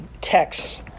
texts